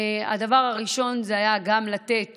הדבר הראשון היה גם לתת